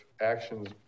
actions